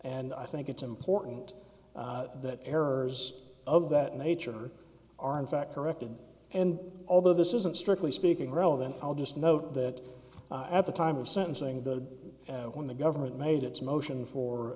and i think it's important that errors of that nature are in fact corrected and although this isn't strictly speaking relevant i'll just note that at the time of sentencing the when the government made its motion for